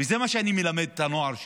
וזה מה שאני מלמד את הנוער שלי,